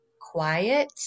quiet